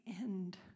end